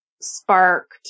sparked